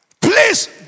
Please